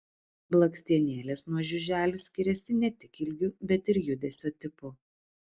blakstienėlės nuo žiuželių skiriasi ne tik ilgiu bet ir judesio tipu